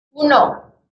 uno